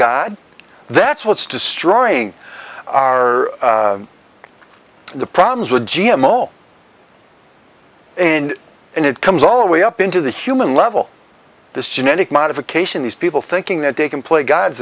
god that's what's destroying are the problems with g m o and and it comes all the way up into the human level this genetic modification these people thinking that they can play gods